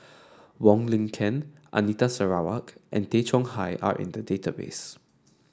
Wong Lin Ken Anita Sarawak and Tay Chong Hai are in the database